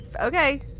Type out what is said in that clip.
Okay